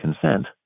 consent